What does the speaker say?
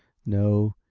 no,